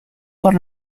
por